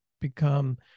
become